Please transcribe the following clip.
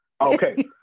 Okay